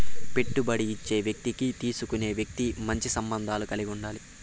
పెట్టుబడి ఇచ్చే వ్యక్తికి తీసుకునే వ్యక్తి మంచి సంబంధాలు కలిగి ఉండాలి